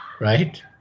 right